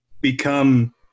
become